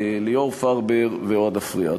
ליאור פרבר ואוהד אפריאט.